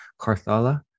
Carthala